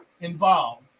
involved